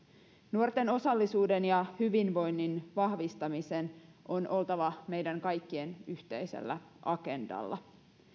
nuorten osallisuuden ja hyvinvoinnin vahvistamisen on oltava meidän kaikkien yhteisellä agendalla